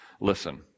Listen